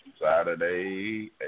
Saturday